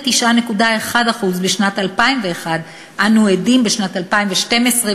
מ-29.1% בשנת 2001 אנו עדים בשנת 2012,